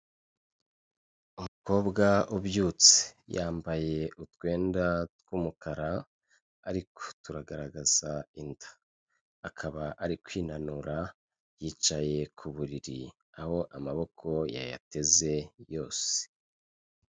Umukobwa ubyutse yambaye utwenda tw'umukara ariko turagaragaza inda, akaba ari kwinanura yicaye ku buriri aho amaboko yayateze yose.